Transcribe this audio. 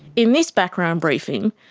in this background briefing,